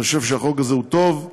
אני חושב שהחוק הזה הוא טוב,